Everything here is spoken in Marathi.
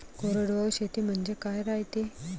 कोरडवाहू शेती म्हनजे का रायते?